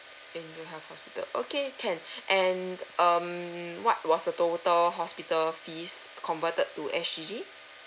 angel health hospital okay can and um what was the total hospital fees converted to S_G_D